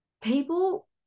People